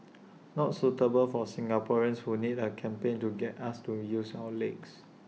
not suitable for Singaporeans who need A campaign to get us to use our legs